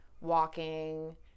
walking